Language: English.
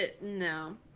No